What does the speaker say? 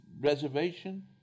reservation